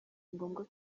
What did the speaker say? ngombwa